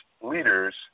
leaders